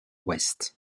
ouest